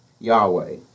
Yahweh